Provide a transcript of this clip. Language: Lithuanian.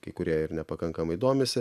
kai kurie ir nepakankamai domisi